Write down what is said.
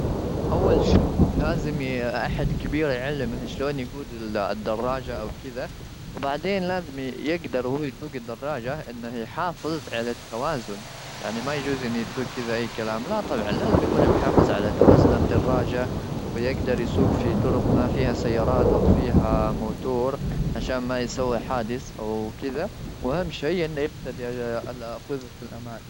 أول شيء، لازم أحد كبير يعلمه شلون يجود الدراجة أو كذا. وبعدين، لازم يقدر وهو يسوق الدراجة إنه يحافظ على التوازن. يعني ما يجوز إنه يسوق كذا أي كلام. لا، طبعا، لازم يكون محافظ على توازن الدراجة. ويقدر يسوج في طرق ما فيها سيارات أو فيها موتور عشان ما يسوي حادث أو كذا. وأهم شي إنه يرتدي ال-خوذة الأمان.